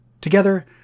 Together